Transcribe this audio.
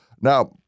Now